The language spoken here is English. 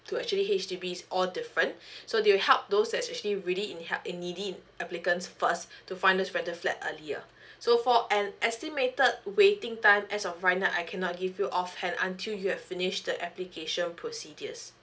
to actually H_D_B is all different so they will help those especially really in help in needy applicants first to find them rental flats earlier so for an estimated waiting time as of right now I cannot give you offhand until you have finish the application procedures